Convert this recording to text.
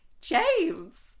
James